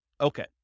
Okay